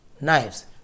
knives